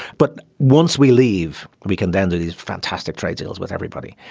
but once we leave we can then do these fantastic trade deals with everybody.